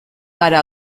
gara